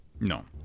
No